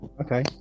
Okay